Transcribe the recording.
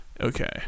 Okay